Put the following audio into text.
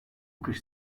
kış